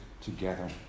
together